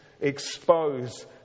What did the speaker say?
expose